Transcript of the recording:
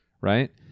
right